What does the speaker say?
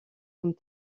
comme